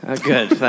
Good